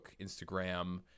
Instagram